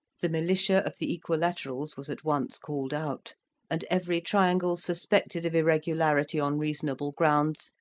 the militia of the equilaterals was at once called out and every triangle suspected of irregularity on reasonable grounds,